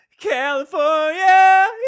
California